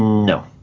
No